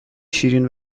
شیرین